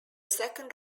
second